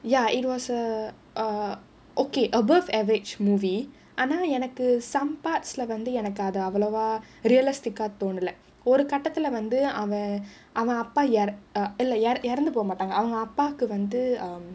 ya it was a err okay above average movie ஆனா எனக்கு:aanaa enakku some parts lah வந்து எனக்கு அது அவ்வளவா:vanthu enakku athu avalavaa realistic தோனல ஒரு கட்டத்துல வந்து அவன் அவன் அப்பா இல்ல இறந்து போமாட்டாங்க அவன் அப்பாக்கு வந்து:thonala oru kattathulla vanthu avan avan appa illa iranthu pomaattaanga avan appakku vanthu um